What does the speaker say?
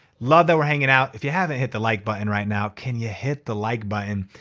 love that were hanging out. if you haven't hit the like button right now, can you hit the like button.